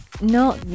no